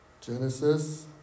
Genesis